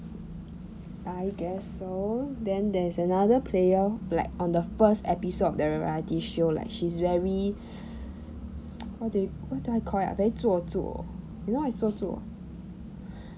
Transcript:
I guess so then there's another player like on the first episode of the variety show like she's very what do you what do I call it very 做作 you know what's 做作